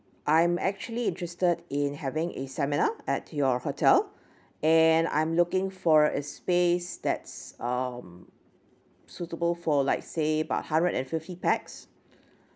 I'm actually interested in having a seminar at your hotel and I'm looking for a space that's um suitable for like say about hundred and fifty pax